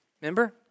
Remember